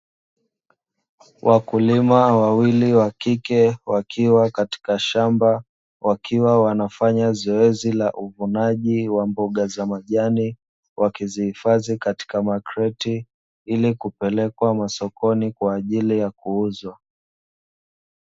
Wakulima wawlii wa kike wakiwa katika shamba, wakiwa wanafanya zoezi la uvunaji wa mboga za majani wakizihifadhi katika makreti, ili kupelekwa sokoni kwa ajili ya kuuzwa.